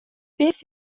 beth